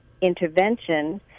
intervention